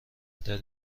ترین